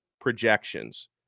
projections